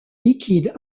liquide